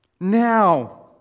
Now